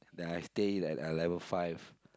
then I stay at uh level five